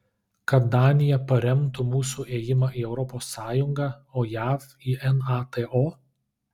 kad danija paremtų mūsų ėjimą į europos sąjungą o jav į nato